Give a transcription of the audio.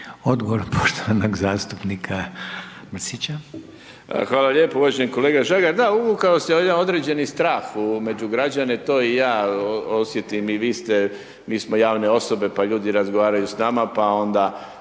Mirando (Demokrati)** Hvala lijepo uvaženi kolega Žagar. Da uvukao se jedan određeni strah među građane, to i ja osjetim, i vi ste mi smo javne osobe, pa ljudi razgovaraju s nama, pa se